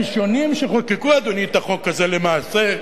הראשונים שחוקקו, אדוני, את החוק הזה, למעשה,